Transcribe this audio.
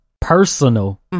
personal